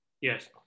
yes